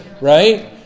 right